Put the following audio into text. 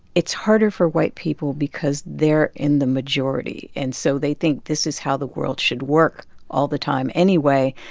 it's harder for white people because they're in the majority. and so they think this is how the world should work all the time anyway.